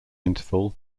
interval